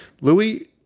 Louis